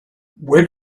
where